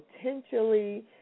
potentially